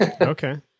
Okay